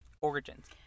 Origins